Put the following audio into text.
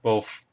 both